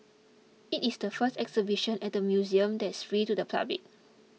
it is the first exhibition at the museum that's free to the public